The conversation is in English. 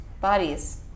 bodies